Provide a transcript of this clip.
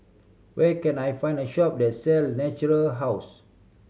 where can I find a shop that sell Natura House